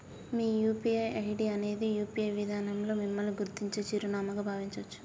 మీ UPI ID అనేది UPI విధానంలో మిమ్మల్ని గుర్తించే చిరునామాగా భావించొచ్చు